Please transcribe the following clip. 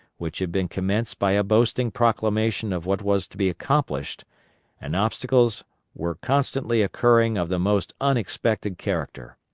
which had been commenced by a boasting proclamation of what was to be accomplished and obstacles were constantly occurring of the most unexpected character.